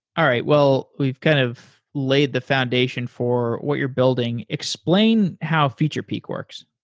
all right. well, we've kind of laid the foundation for what you're building. explain how featurepeek works.